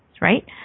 right